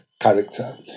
character